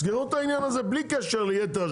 תסגרו את העניין הזה בלי קשר לשאר.